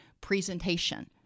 presentation